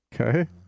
Okay